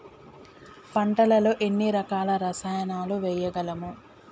పంటలలో ఎన్ని రకాల రసాయనాలను వేయగలము?